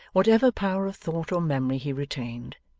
whatever power of thought or memory he retained,